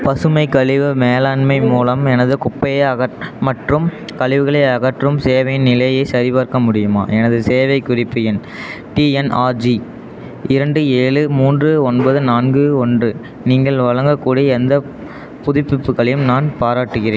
பசுமை கழிவு மேலாண்மை மூலம் எனது குப்பையை அகற் மற்றும் கழிவுகளை அகற்றும் சேவையின் நிலையைச் சரிபார்க்க முடியுமா எனது சேவை குறிப்பு எண் டிஎன்ஆர்ஜி இரண்டு ஏழு மூன்று ஒன்பது நான்கு ஒன்று நீங்கள் வழங்கக்கூடிய எந்த புதுப்பிப்புகளையும் நான் பாராட்டுகிறேன்